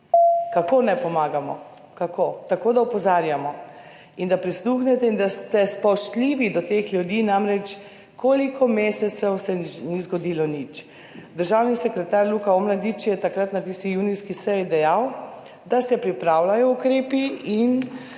Kako naj pomagamo? Kako? Tako, da opozarjamo in da prisluhnete in da ste spoštljivi do teh ljudi, namreč toliko mesecev se ni zgodilo nič. Državni sekretar Luka Omladič je takrat na tisti junijski seji dejal, da se pripravljajo ukrepi,